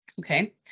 Okay